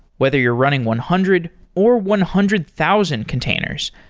whether you're running one hundred or one hundred thousand containers,